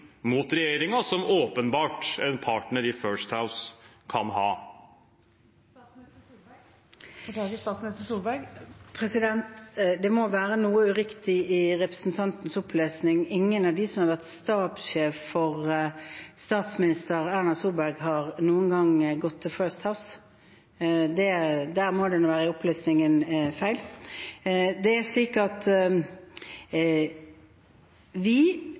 mot regjeringen – som åpenbart en partner i First House kan ha. Det må være noe uriktig i representantens opplesning. Ingen av dem som har vært stabssjef for statsminister Erna Solberg, har noen gang gått til First House. Der må opplysningen være feil. Vi praktiserer veldig tydelig de habilitetsreglene som eksisterer for alle politikere. Det